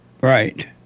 Right